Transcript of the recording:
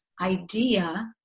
idea